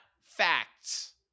facts